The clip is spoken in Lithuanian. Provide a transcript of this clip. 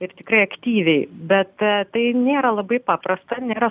ir tikrai aktyviai bet tai nėra labai paprasta nėra